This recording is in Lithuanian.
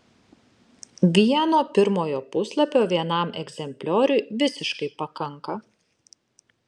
vieno pirmojo puslapio vienam egzemplioriui visiškai pakanka